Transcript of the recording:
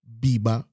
biba